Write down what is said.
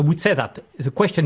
would say that the question